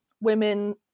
women